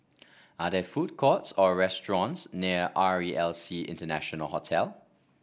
are there food courts or restaurants near R E L C International Hotel